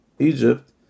egypt